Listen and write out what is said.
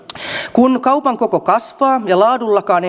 kun kaupan koko kasvaa ja laadullakaan